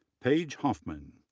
paige hoffman,